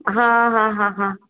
हा हा हा हा